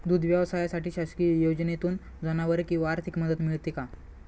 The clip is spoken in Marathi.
दूध व्यवसायासाठी शासकीय योजनेतून जनावरे किंवा आर्थिक मदत मिळते का?